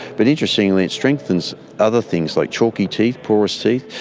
but interestingly it strengthens other things like chalky teeth, porous teeth,